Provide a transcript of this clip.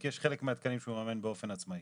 כי יש חלק מהתקנים שהוא מממן באופן עצמאי.